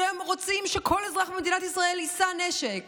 שרוצים שכל אזרח במדינת ישראל יישא נשק,